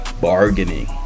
bargaining